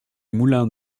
moulin